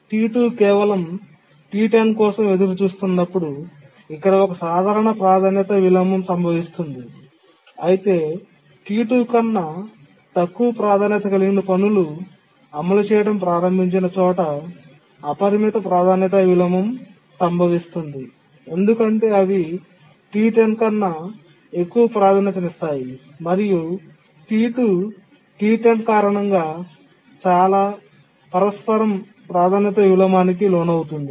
T2 కేవలం T10 కోసం ఎదురుచూస్తున్నప్పుడు ఇక్కడ ఒక సాధారణ ప్రాధాన్యత విలోమం సంభవిస్తుంది అయితే T2 కన్నా తక్కువ ప్రాధాన్యత కలిగిన పనులు అమలు చేయడం ప్రారంభించిన చోట అపరిమిత ప్రాధాన్యత విలోమం సంభవిస్తుంది ఎందుకంటే అవి T10 కన్నా ఎక్కువ ప్రాధాన్యతనిస్తాయి మరియు T2 T10 కారణంగా చాలా పరస్పరం ప్రాధాన్యత విలోమానికి లోనవుతుంది